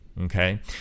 Okay